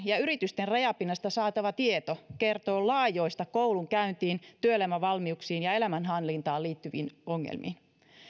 ja yritysten rajapinnasta saatava tieto kertoo laajoista koulunkäyntiin työelämävalmiuksiin ja elämänhallintaan liittyvistä ongelmista